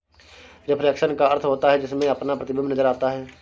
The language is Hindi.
रिफ्लेक्शन का अर्थ होता है जिसमें अपना प्रतिबिंब नजर आता है